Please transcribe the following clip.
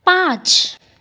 पाँच